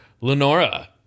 Lenora